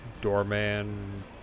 doorman